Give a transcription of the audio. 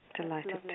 delighted